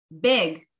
big